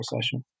session